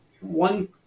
One